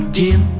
dim